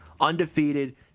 undefeated